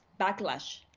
backlash